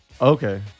okay